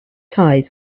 ties